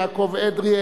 יעקב אדרי,